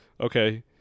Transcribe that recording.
Okay